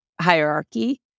hierarchy